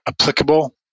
applicable